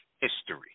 history